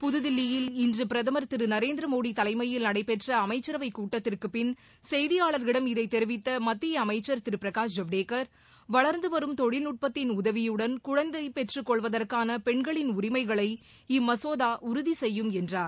புத்தில்லியில் இன்றபிரதமர் திருநரேந்திரமோடிதலைமையில் நஎடபெற்றஅமைச்சரவைகூட்டத்திற்குப்பின் செய்தியாளர்களிடம் இதைத் தெரிவித்தமத்தியஅமைச்சர் ஜவ்டேக்கர் வளர்ந்துவரும் தொழில்நுட்பத்தின் திருபிரகாஷ் குழந்தைபெற்றுக் னொள்வதற்கானபெண்களின் உரிமைகளை இம்மசோதாஉறுதிசெய்யும் என்றார்